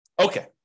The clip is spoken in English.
Okay